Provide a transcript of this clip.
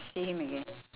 see him again